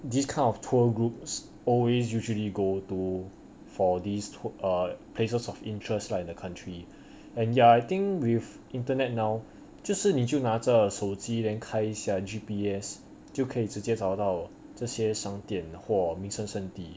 this kind of tour groups always usually go to for these tour err places of interest lah in the country and ya I think with internet now 就是你就拿着手机 then 就看一下 G_P_S 就可以直接找到这些商店或名声圣地